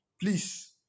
Please